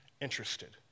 interested